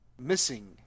Missing